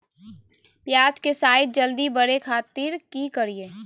प्याज के साइज जल्दी बड़े खातिर की करियय?